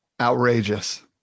Outrageous